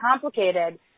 complicated